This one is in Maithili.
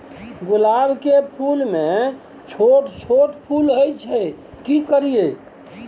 गुलाब के फूल में छोट छोट फूल होय छै की करियै?